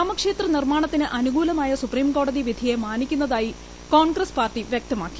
രാമക്ഷേത്ര നിർമ്മാണത്തിന് അനുകൂലമായ സുപ്രീംകോടതി വിധിയെ മാനിക്കുന്നതായി കോൺഗ്രസ്സ് പാർട്ടി വ്യക്തമാക്കി